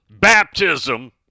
baptism